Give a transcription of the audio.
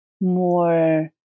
more